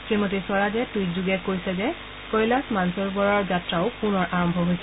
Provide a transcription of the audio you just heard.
শ্ৰীমতী স্বৰাজে টুইটযোগে কৈছে যে কৈলাস মানসৰোবৰ যাত্ৰাও পুনৰ আৰম্ভ হৈছে